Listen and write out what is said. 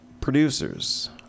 Producers